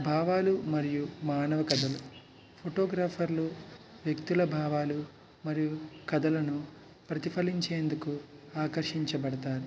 భావాలు మరియు మానవ కథలు ఫోటోగ్రాఫర్లు వ్యక్తుల భావాలు మరియు కథలను ప్రతిఫలించేందుకు ఆకర్షించబడతారు